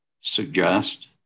suggest